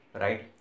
right